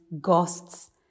ghosts